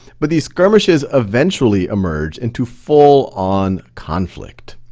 but these skirmishes eventually emerge into full on conflict.